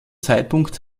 zeitpunkt